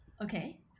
Okay